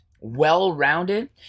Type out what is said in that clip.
well-rounded